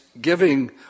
giving